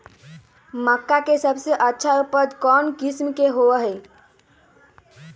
मक्का के सबसे अच्छा उपज कौन किस्म के होअ ह?